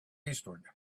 eastward